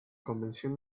convención